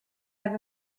have